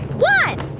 one.